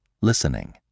listening